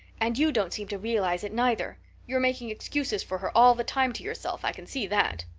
and you don't seem to realize it, neither you're making excuses for her all the time to yourself i can see that.